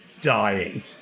dying